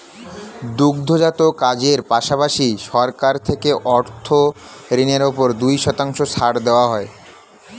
দুগ্ধজাত কাজের পাশাপাশি, সরকার থেকে অর্থ ঋণের উপর দুই শতাংশ ছাড় দেওয়া হয়